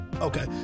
Okay